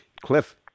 Cliff